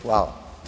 Hvala.